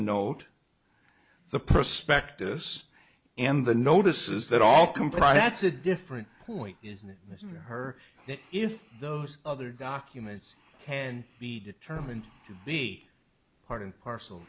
note the prospectus and the notices that all comply that's a different point is this her that if those other documents can be determined to be part and parcel